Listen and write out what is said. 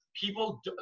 people